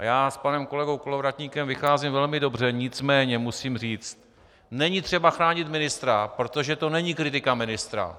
A já s panem kolegou Kolovratníkem vycházím velmi dobře, nicméně musím říct, není třeba chránit ministra, protože to není kritika ministra.